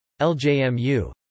LJMU